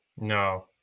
No